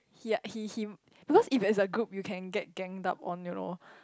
ya he he because if as a group you can get ganged up on you know